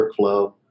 Workflow